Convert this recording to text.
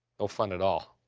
no fun at all.